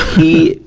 he,